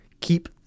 keep